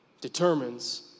determines